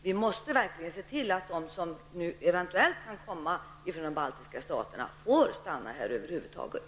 Vi måste verkligen se till att de som eventuellt kommer hit från de baltiska staterna verkligen får stanna.